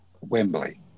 Wembley